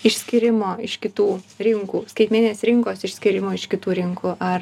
išskyrimo iš kitų rinkų skaitmeninės rinkos išskyrimo iš kitų rinkų ar